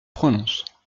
prononce